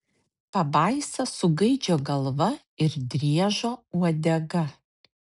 pabaisa su gaidžio galva ir driežo uodega